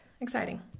Exciting